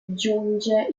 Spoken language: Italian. giunge